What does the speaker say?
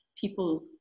people